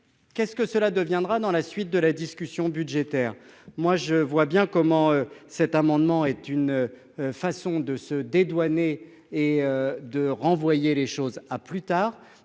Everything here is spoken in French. Qu'est-ce que cela deviendra dans la suite de la discussion budgétaire. Moi je vois bien comment cet amendement est une. Façon de se dédouaner et de renvoyer les choses à plus tard